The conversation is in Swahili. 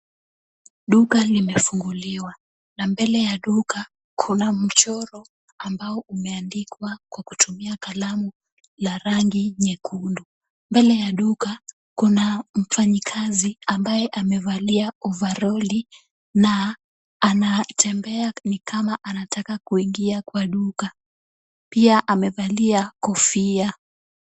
Duka limefunguliwa. Na mbele ya duka, kuna mchoro ambao umeandikwa kwa kutumia kalamu la rangi nyekundu. Mbele ya duka kuna mfanyikazi, amabye amevalia overall na anatembea ni kama anataka kuingia kwa duka. Pia amevalia kofia.